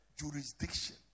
jurisdiction